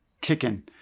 kicking